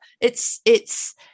It's—it's